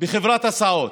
בחברת הסעות.